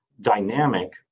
dynamic